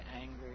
angry